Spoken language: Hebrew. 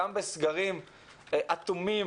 גם בסגרים אטומים,